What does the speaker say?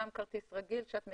גם כרטיס רגיל שאת מקבלת,